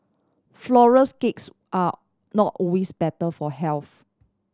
flourless cakes are not always better for health